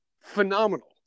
phenomenal